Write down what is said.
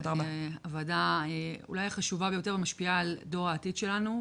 הוועדה אולי החשובה ביותר ומשפיעה על דור העתיד שלנו,